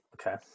Okay